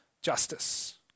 justice